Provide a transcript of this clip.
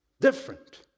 different